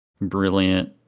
brilliant